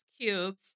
cubes